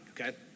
Okay